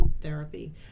therapy